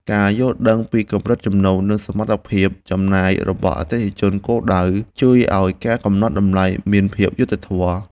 ការយល់ដឹងពីកម្រិតចំណូល និងសមត្ថភាពចំណាយរបស់អតិថិជនគោលដៅជួយឱ្យការកំណត់តម្លៃមានភាពយុត្តិធម៌។